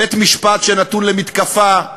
בית-משפט שנתון למתקפה,